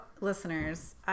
listeners